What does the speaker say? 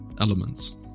elements